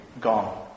gone